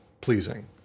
pleasing